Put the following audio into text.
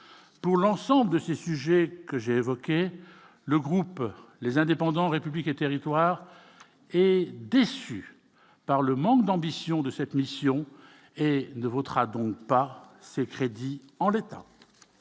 pour l'ensemble de ces sujets que j'ai évoquais le groupe les indépendants républiques et territoires et déçu par le manque d'ambition de cette mission et ne votera donc pas ces crédits en l'état.